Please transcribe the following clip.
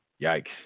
yikes